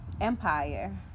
empire